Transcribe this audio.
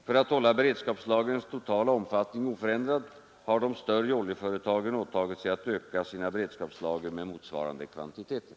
För att hålla beredskapslagrens totala omfattning oförändrad har de större oljeföretagen åtagit sig att öka sina beredskapslager med motsvarande kvantiteter.